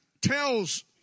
tells